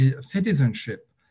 citizenship